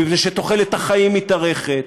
מפני שתוחלת החיים מתארכת,